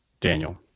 Daniel